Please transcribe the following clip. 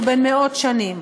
הוא בן מאות שנים.